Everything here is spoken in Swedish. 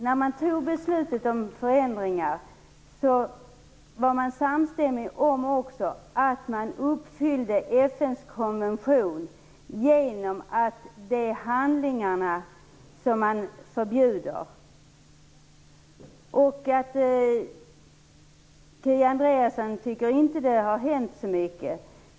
När man fattade beslutet om förändringar var man samstämmig om att man uppfyllde FN:s konvention genom att förbjuda dessa handlingar. Kia Andreasson tycker inte att det har hänt så mycket.